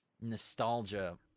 nostalgia